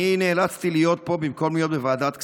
אני נאלצתי להיות פה במקום להיות בוועדת הכספים.